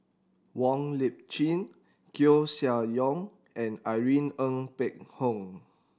Wong Lip Chin Koeh Sia Yong and Irene Ng Phek Hoong